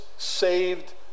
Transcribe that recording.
Saved